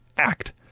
act